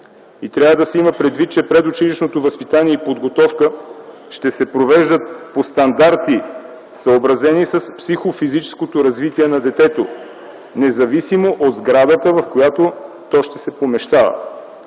Трябва да се има предвид, че предучилищното възпитание и подготовка ще се провеждат по стандарти, съобразени с психо-физическото развитие на детето, независимо от сградата, в която то ще се осъществява.